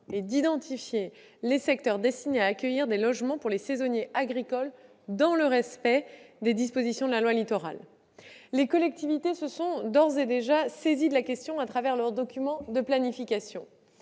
et d'identifier les secteurs destinés à accueillir des logements pour les saisonniers agricoles dans le respect des dispositions de la loi Littoral. Les collectivités se sont d'ores et déjà saisies de la question à travers leurs documents de planification.